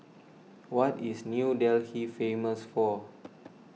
what is New Delhi famous for